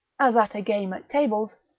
as at a game at tables,